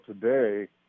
today